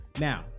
Now